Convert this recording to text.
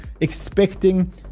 expecting